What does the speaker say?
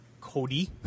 Cody